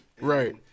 Right